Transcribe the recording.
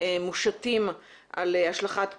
מושתים על השלכת פסולת,